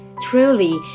Truly